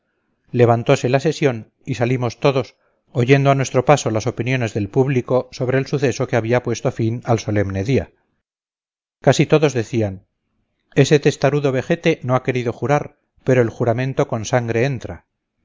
levantose la sesión y salimos todos oyendo a nuestro paso las opiniones del público sobre el suceso que había puesto fin al solemne día casi todos decían ese testarudo vejete no ha querido jurar pero el juramento con sangre entra